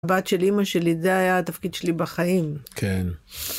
בת של אימא שלי, זה היה התפקיד שלי בחיים. כן.